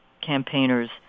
campaigners